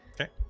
Okay